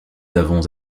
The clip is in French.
avons